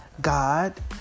God